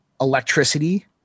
electricity